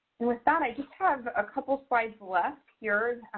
and with that i just have a couple of slides left here,